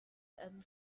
and